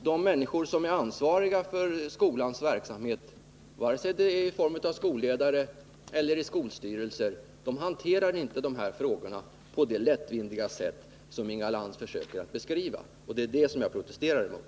De människor som är ansvariga för skolans verksamhet — vare sig det är som skolledare eller i skolstyrelser — hanterar inte de här frågorna på det lättvindiga sätt som Inga Lantz försöker beskriva. Det är det jag protesterar emot.